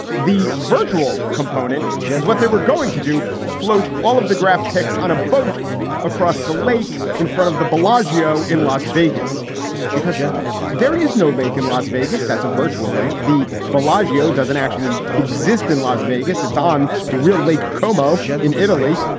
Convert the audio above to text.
the virtual component is what they were going to do, float all of the draft picks on a boat across the lake in front of the bellagio in las vegas because there is no lake in las vegas. that's a virtual lake. the bellagio doesn't actually exist in las vegas. it's on the real lake como in italy.